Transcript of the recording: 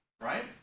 right